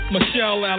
Michelle